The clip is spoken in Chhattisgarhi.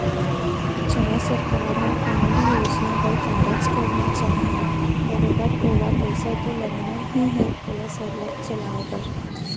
च सरकार ह कोनो भी योजना बर कारज करना चाहय बरोबर ओला पइसा तो लगना ही हे ओला सरलग चलाय बर